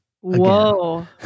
Whoa